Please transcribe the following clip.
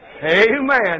Amen